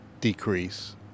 decrease